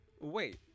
Wait